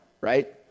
Right